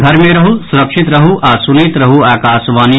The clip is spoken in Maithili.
घर मे रहू सुरक्षित रहू आ सुनैत रहू आकाशवाणी